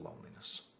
loneliness